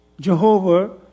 Jehovah